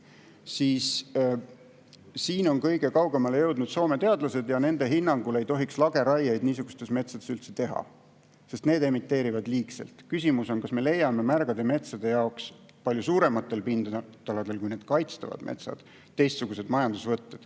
siis siin on kõige kaugemale jõudnud Soome teadlased. Nende hinnangul ei tohiks lageraieid niisugustes metsades üldse teha, sest need emiteerivad liigselt. Küsimus on, kas me leiame märgade metsade jaoks palju suurematel pindaladel, kui on need kaitstavad metsad, teistsuguseid majandusvõtteid.